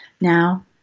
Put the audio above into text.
Now